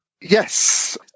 Yes